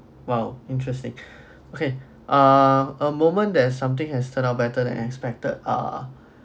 !wow! interesting okay ah a moment there's something has turn out better than expected ah